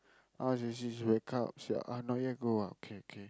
oh sh~ she she wake up she ah not yet go ah okay K